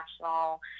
national